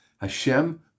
Hashem